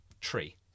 tree